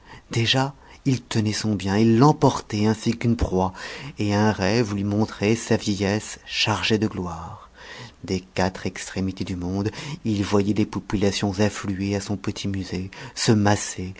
déjà il tenait son bien il l'emportait ainsi qu'une proie et un rêve lui montrait sa vieillesse chargée de gloire des quatre extrémités du monde il voyait des populations affluer à son petit musée se masser